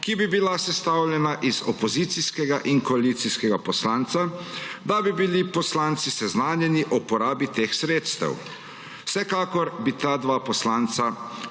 ki bi bila sestavljena iz opozicijskega in koalicijskega poslanca, da bi bili poslanci seznanjeni o uporabi teh sredstev. Vsekakor bi ta dva poslanca